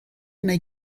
neu